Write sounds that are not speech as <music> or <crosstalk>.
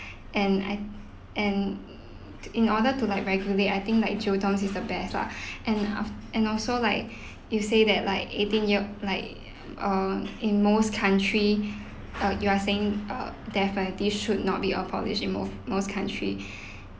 and I and in order to like regularly I think like jail term is the best lah <breath> and af~ and also like you say that like eighteen year like uh in most country uh you're saying uh death penalty should not be abolished in most most country